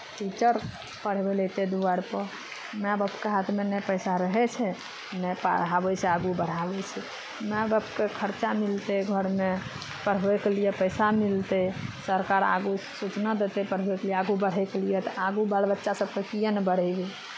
teacher पढ़बय लेल अयतै दुआरिपर माय बापके हाथमे नहि पैसा रहै छै नहि पढ़ाबै छै आगू बढ़ाबै छै माय बापकेँ खर्चा मिलतै घरमे पढ़बयके लिए पैसा मिलतै सरकार आगू सूचना देतै पढ़बैके लिए आगू बढ़यके लिए तऽ आगू बाल बच्चा सभकेँ किएक नहि बढ़ेबै